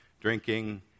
drinking